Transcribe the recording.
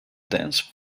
dense